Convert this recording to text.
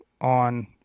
on